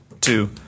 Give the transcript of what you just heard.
two